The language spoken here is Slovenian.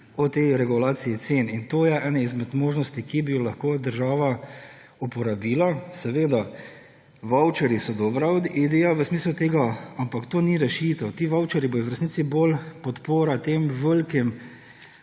o tej regulaciji cen. To je ena izmed možnosti, ki bi jo lahko država uporabila, seveda vavčerji so dobra ideja v smislu tega, ampak to ni rešitev. Ti vavčerji bodo v resnici bolj podpora tem velikim